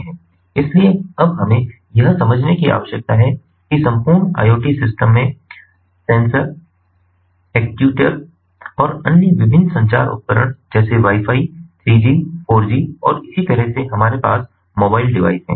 इसलिए अब हमें यह समझने की आवश्यकता है कि संपूर्ण IoT सिस्टम में सेंसर एक्ट्यूएटर और अन्य विभिन्न संचार उपकरण जैसे वाई फाई 3 जी 4 जी और इसी तरह से हमारे पास मोबाइल डिवाइस हैं